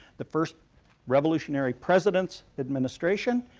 the first revolutionary president's administration,